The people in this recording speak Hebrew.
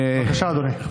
בבקשה, אדוני, שלוש דקות.